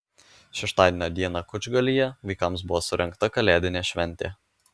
šeštadienio dieną kučgalyje vaikams buvo surengta kalėdinė šventė